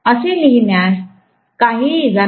असं लिहिण्यात काहीही इजा नाही